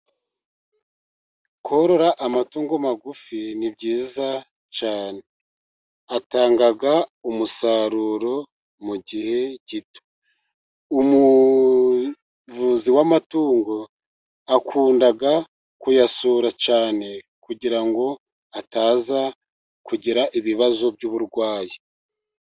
Korora amatungo magufi ni byiza cyane, atanga umusaruro mu gihe gito umuvuzi w'amatungo akunda kuyasura cyane, kugirango ataza kugira ibibazo by'uburwayi.